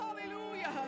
hallelujah